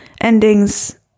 endings